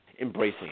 embracing